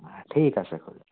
অ' ঠিক আছে খুৰী